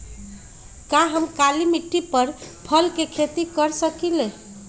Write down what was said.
का हम काली मिट्टी पर फल के खेती कर सकिले?